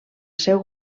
seu